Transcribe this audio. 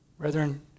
Brethren